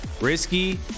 risky